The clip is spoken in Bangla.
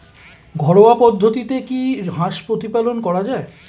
ঘরোয়া পদ্ধতিতে কি হাঁস প্রতিপালন করা যায়?